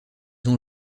ont